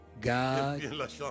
God